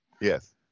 Yes